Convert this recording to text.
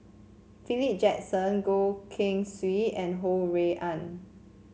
Philip Jackson Goh Keng Swee and Ho Rui An